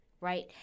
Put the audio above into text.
Right